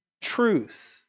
truth